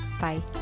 Bye